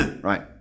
right